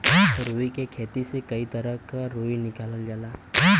रुई के खेती से कई तरह क रुई निकालल जाला